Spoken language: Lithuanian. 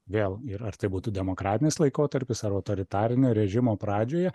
vėl ir ar tai būtų demokratinis laikotarpis ar autoritarinio režimo pradžioje